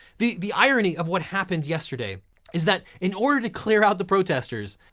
the the irony of what happened yesterday is that, in order to clear out the protesters,